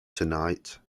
tonight